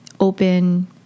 open